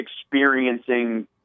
experiencing